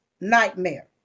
nightmare